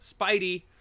Spidey